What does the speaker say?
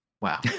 Wow